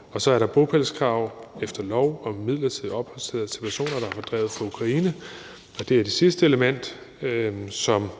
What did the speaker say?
. Så er der bopælskrav efter lov om midlertidig opholdstilladelse til personer, der er fordrevet fra Ukraine, og det er det sidste element, som